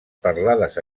parlades